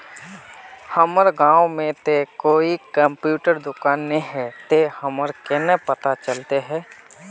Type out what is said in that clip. हमर गाँव में ते कोई कंप्यूटर दुकान ने है ते हमरा केना पता चलते है?